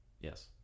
Yes